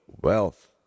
wealth